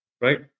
right